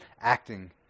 acting